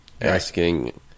asking